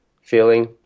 feeling